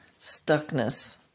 stuckness